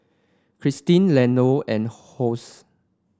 Christi Leonor and Hosie